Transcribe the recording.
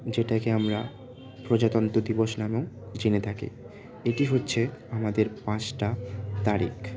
যেটাকে আমরা প্রজাতন্ত্র দিবস নামেও জেনে থাকি এটি হচ্ছে আমাদের পাঁচটা তারিখ